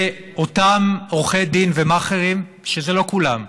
ואותם עורכי דין ומאכערים, שזה לא כולם,